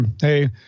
Hey